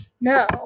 No